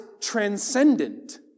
transcendent